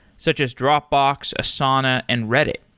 such as dropbox, asana and reddit.